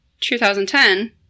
2010